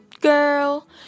girl